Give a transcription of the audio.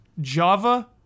Java